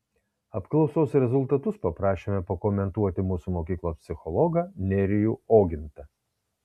apklausos rezultatus paprašėme pakomentuoti mūsų mokyklos psichologą nerijų ogintą